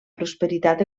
prosperitat